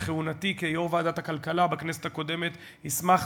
בכהונתי כיו"ר ועדת הכלכלה בכנסת הקודמת הסמכתי,